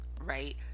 right